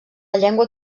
llengua